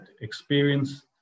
experience